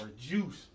Juice